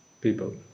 people